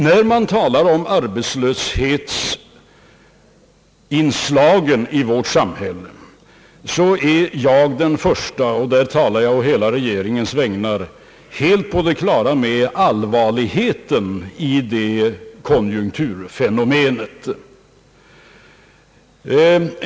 När man talar om arbetslöshetsinslagen i vårt samhälle, så är jag — och där talar jag å hela regeringens vägnar — helt på det klara med allvaret i detta konjunkturfenomen.